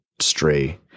stray